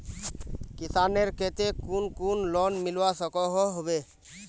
किसानेर केते कुन कुन लोन मिलवा सकोहो होबे?